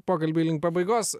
pokalbiui link pabaigos